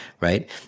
right